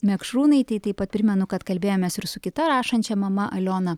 mekšrūnaitei taip pat primenu kad kalbėjomės ir su kita rašančia mama aliona